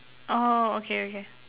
orh okay okay